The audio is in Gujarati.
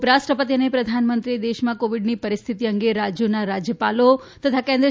ઉપરાષ્ટ્રપતિ અને પ્રધાનમંત્રીએ દેશમાં કોવિડની પરિસ્થિતિ અંગે રાજ્યોના રાજ્યપાલો તથા કેન્દ્ર